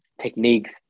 techniques